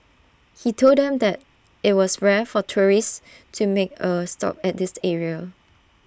he told them that IT was rare for tourists to make A stop at this area